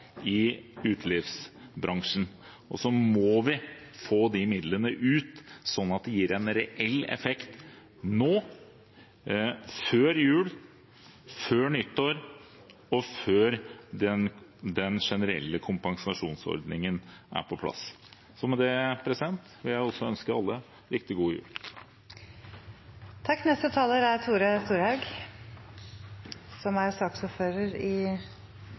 utelivsbransjen. Så må vi få de midlene ut, slik at de gir en reell effekt nå – før jul, før nyttår og før den generelle kompensasjonsordningen er på plass. Med det vil jeg også ønske alle en riktig god jul. Eg kan òg vise til innlegget til saksordfører Mudassar Kapur. Mange av forslaga som blei lagde fram i